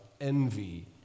envy